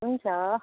हुन्छ